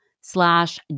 slash